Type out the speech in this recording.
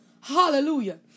hallelujah